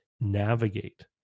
navigate